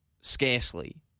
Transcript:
scarcely